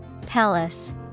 Palace